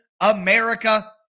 America